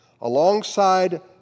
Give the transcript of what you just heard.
alongside